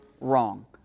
wrong